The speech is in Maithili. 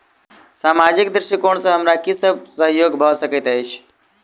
सामाजिक दृष्टिकोण सँ हमरा की सब सहयोग भऽ सकैत अछि?